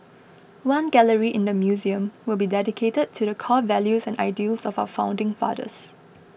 one gallery in the museum will be dedicated to the core values and ideals of our founding fathers